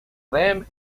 them